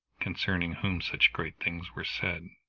concerning whom such great things were said.